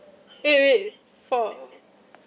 eh wait for